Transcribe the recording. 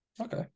Okay